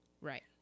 right